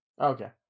Okay